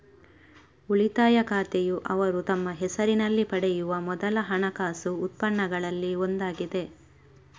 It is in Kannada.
ಉಳಿತಾಯ ಖಾತೆಯುಅವರು ತಮ್ಮ ಹೆಸರಿನಲ್ಲಿ ಪಡೆಯುವ ಮೊದಲ ಹಣಕಾಸು ಉತ್ಪನ್ನಗಳಲ್ಲಿ ಒಂದಾಗಿದೆ